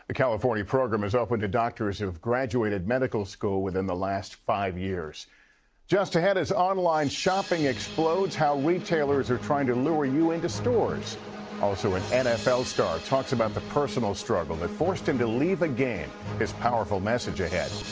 ah california program is open to doctors who have graduated medical school within the last five years just ahead, as online shopping explodes, how retailers are trying to lure you into stores also, an nfl star talks about the personal struggle that forced him to leave the game his powerful message ahead.